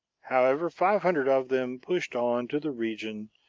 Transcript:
however, five hundred of them pushed on to the region,